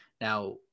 Now